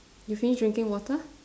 you finish drinking water